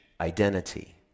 identity